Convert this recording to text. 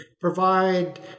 provide